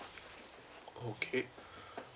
okay